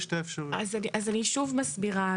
אז אני שוב מסבירה,